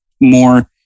more